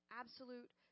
absolute